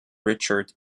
richard